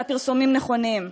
שהפרסומים נכונים.